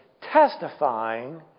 testifying